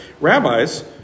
rabbis